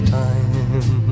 time